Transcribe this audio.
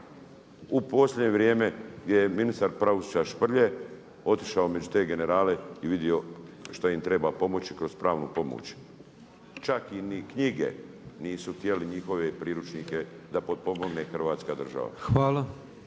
u posljednje vrijeme je ministar pravosuđa Šprlje otišao među te generale i vidio što im treba pomoći kroz pravnu pomoć. Čak im ni knjige nisu htjeli njihove priručnike da potpomogne Hrvatska država.